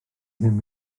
ddim